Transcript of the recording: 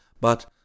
But